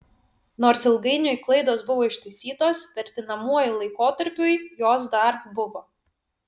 nors ilgainiui klaidos buvo ištaisytos vertinamuoju laikotarpiui jos dar buvo